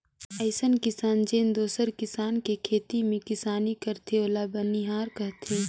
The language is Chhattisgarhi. अइसन किसान जेन दूसर किसान के खेत में किसानी कमाथे ओला बनिहार केहथे